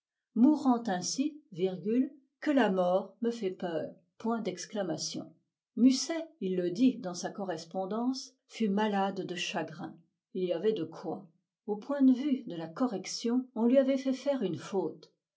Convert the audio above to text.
mourant ainsi que la mort me fait peur musset il le dit dans sa correspondance fut malade de chagrin il y avait de quoi au point de vue de la correction on lui avait fait faire une faute